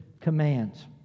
commands